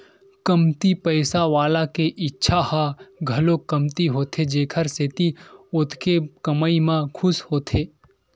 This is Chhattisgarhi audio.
कमती पइसा वाला के इच्छा ह घलो कमती होथे जेखर सेती ओतके कमई म खुस होथे